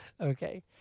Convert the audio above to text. Okay